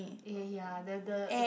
eh ya the the the